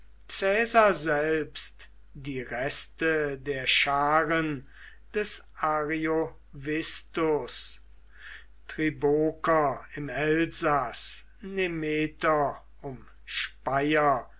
selbst die reste der scharen des ariovistus triboker im elsaß nemeter um speyer